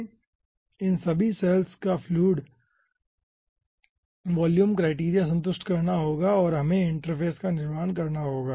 हमें इन सभी सैल्स का वॉल्यूम क्राइटेरिया संतुष्ट करना होगा और हमें इंटरफ़ेस का निर्माण करना होगा